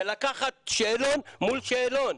זה לקחת שאלון מול שאלון.